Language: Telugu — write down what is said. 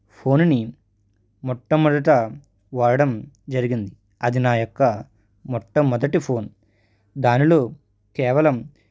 ఫోనుని మొట్టమొదట వాడడం జరిగింది అది నా యొక్క మొట్టమొదటి ఫోను దానిలో కేవలం